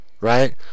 right